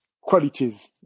qualities